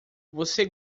você